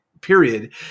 period